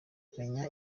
menya